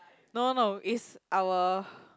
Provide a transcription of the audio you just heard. no no no is our